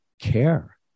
care